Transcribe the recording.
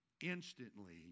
instantly